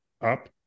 up